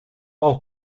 auch